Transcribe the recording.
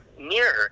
mirror